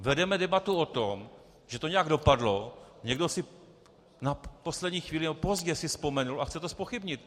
Vedeme debatu o tom, že to nějak dopadlo, někdo si na poslední chvíli, pozdě, vzpomenul a chce to zpochybnit.